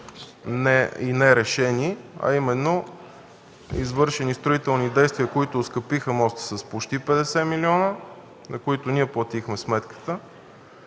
и нерешени, а именно извършени строителни действия, които оскъпиха моста с почти 50 милиона, за които ние платихме сметката,